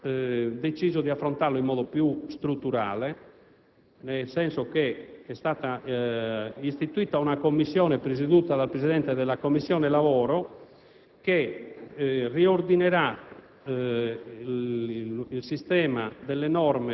Il presidente Marini, credo più opportunamente, ha deciso di affrontarla in modo più strutturale nel senso che è stata istituita una Commissione presieduta dal Presidente della Commissione lavoro